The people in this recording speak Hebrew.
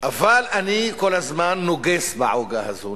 אבל אני כל הזמן נוגס בעוגה הזו,